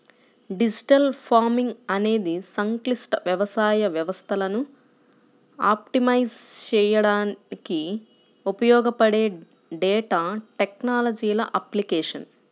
digital farming అనేది సంక్లిష్ట వ్యవసాయ వ్యవస్థలను ఆప్టిమైజ్ చేయడానికి ఉపయోగపడే డేటా టెక్నాలజీల అప్లికేషన్